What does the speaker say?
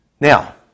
now